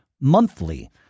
monthly